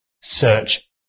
search